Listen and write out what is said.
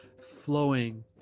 flowing